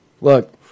Look